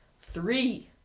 three